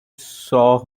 saw